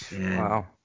Wow